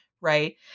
right